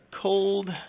cold